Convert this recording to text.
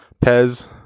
Pez